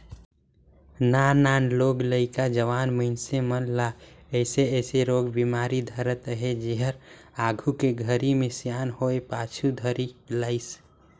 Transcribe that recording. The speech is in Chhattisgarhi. नान नान लोग लइका, जवान मइनसे मन ल अइसे अइसे रोग बेमारी धरत अहे जेहर आघू के घरी मे सियान होये पाछू धरे लाइस